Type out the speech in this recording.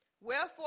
Wherefore